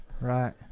Right